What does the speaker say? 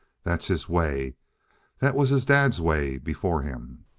that's his way that was his dad's way before him.